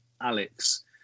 Alex